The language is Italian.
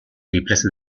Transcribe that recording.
riprese